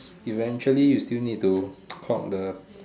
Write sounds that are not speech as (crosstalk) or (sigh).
eventually you still need to (noise) clock the